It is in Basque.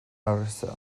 harresia